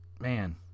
man